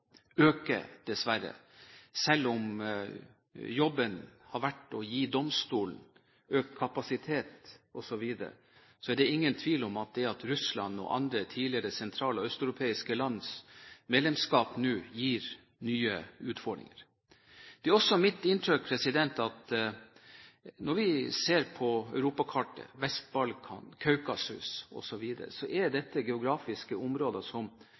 dessverre. Selv om jobben har vært å gi Den europeiske menneskerettighetsdomstol økt kapasitet, osv., er det ingen tvil om at Russland og andre tidligere sentral- og østeuropeiske lands medlemskap gir nye utfordringer. Når vi ser på europakartet – Vest-Balkan, Kaukasus, osv. – er dette geografiske områder